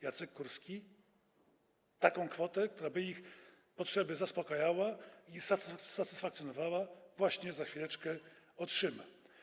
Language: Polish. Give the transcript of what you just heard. Jacek Kurski taką kwotę, która by ich potrzeby zaspokajała i satysfakcjonowałaby ich, właśnie za chwileczkę otrzyma.